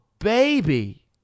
Baby